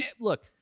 Look